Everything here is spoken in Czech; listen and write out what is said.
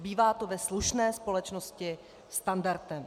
Bývá to ve slušné společnosti standardem.